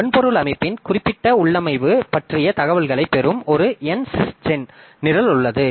வன்பொருள் அமைப்பின் குறிப்பிட்ட உள்ளமைவு பற்றிய தகவல்களைப் பெறும் ஒரு nSYSGEN நிரல் உள்ளது